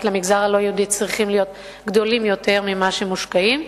למגזר הלא-יהודי צריכים להיות גדולים יותר מאלה שמושקעים,